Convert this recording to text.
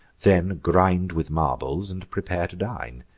then grind with marbles, and prepare to dine.